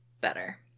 better